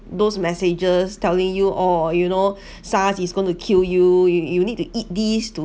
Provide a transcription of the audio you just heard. those messages telling you oh you know SARS is going to kill you you need to eat these to